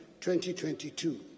2022